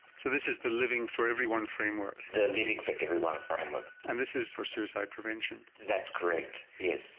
so this is the living for everyone framework. the living for everyone framework. and this is for suicide prevention? that's correct, yes.